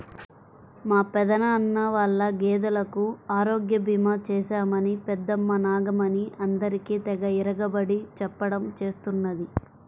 మా పెదనాన్న వాళ్ళ గేదెలకు ఆరోగ్య భీమా చేశామని పెద్దమ్మ నాగమణి అందరికీ తెగ ఇరగబడి చెప్పడం చేస్తున్నది